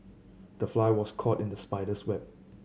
the fly was caught in the spider's web